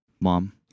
Mom